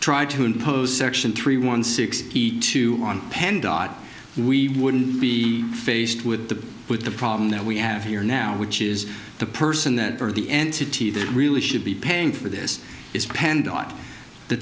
tried to impose section three one sixty two on penn dot we wouldn't be faced with the with the problem that we have here now which is the person that are the entity that really should be paying for this is